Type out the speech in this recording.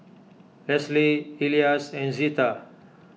Lesly Elias and Zeta